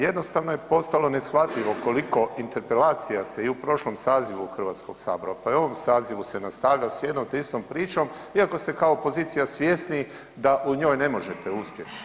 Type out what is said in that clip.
Jednostavno je postalo neshvatljivo koliko interpelacija se i u prošlom sazivu Hrvatskog sabora pa i u ovom sazivu se nastavlja s jednom te istom pričom iako ste kao pozicija svjesni da u njoj ne možete uspjeti.